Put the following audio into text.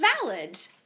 valid